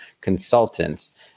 consultants